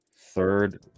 third